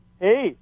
hey